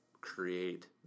create